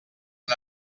han